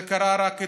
זה קרה רק אתמול.